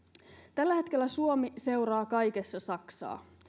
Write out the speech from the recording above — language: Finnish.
tällä hetkellä suomi seuraa kaikessa saksaa